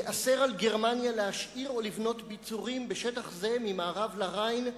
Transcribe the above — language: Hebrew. ייאסר על גרמניה להשאיר או לבנות ביצורים בשטח זה ממערב לריין,